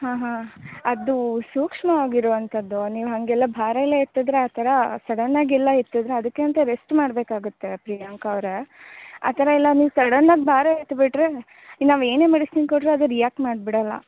ಹಾಂ ಹಾಂ ಅದು ಸೂಕ್ಷ್ಮ ಆಗಿರುವಂಥದ್ದು ನೀವು ಹಾಗೆಲ್ಲ ಭಾರ ಎಲ್ಲ ಎತ್ತಿದ್ರೆ ಆ ಥರ ಸಡನ್ನಾಗೆಲ್ಲ ಎತ್ತಿದ್ರೆ ಅದಕ್ಕೆ ಅಂತ ರೆಸ್ಟ್ ಮಾಡಬೇಕಾಗುತ್ತೆ ಪ್ರಿಯಾಂಕ ಅವರೆ ಆ ಥರ ಎಲ್ಲ ನೀವು ಸಡನ್ನಾಗಿ ಭಾರ ಎತ್ತಿ ಬಿಟ್ಟರೆ ಇಲ್ಲಿ ನಾವು ಏನೇ ಮೆಡಿಸಿನ್ ಕೊಟ್ರೂ ಅದು ರಿಯಾಕ್ಟ್ ಮಾಡ್ಬಿಡೋಲ್ಲ